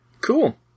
cool